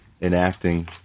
enacting